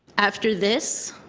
after this